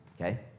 okay